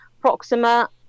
Proxima